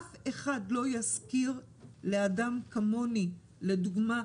אף אחד לא ישכיר לאדם כמוני לדוגמה,